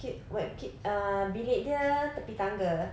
okay what uh bilik dia tepi tangga